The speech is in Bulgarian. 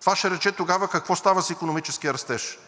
това ще рече тогава какво става с икономическия растеж,